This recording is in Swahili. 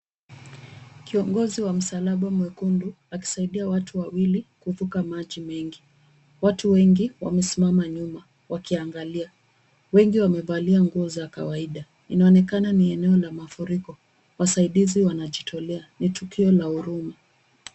Kiongozi wa Msalaba Mwekundu akisaidia watu wawili kuvuka maji mengi. Watu wengi wamesimama nyuma wakiangalia, wengi wamevalia nguo za kawaida. Inaonekana ni eneo la mafuriko. Wasaidizi wanajitolea. Ni tukio la huruma.